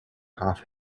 half